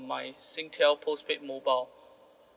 my singtel postpaid mobile